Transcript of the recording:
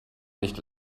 nicht